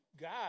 God